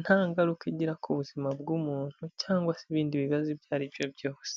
nta ngaruka igira ku buzima bw'umuntu cyangwa se ibindi bibazo ibyo ari byo byose.